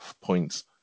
points